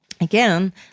Again